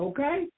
Okay